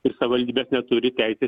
ir savivaldybės neturi teisės